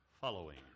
following